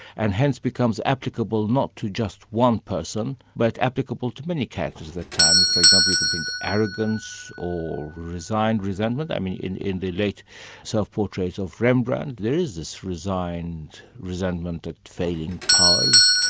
and hence becomes applicable not to just one person but applicable to many characters of that time. and for example you could paint arrogance, or resigned resentment, i mean in in the late self portrait of rembrandt there is this resigned resentment at failing powers,